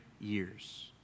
years